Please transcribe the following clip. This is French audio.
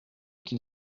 qu’il